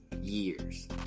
years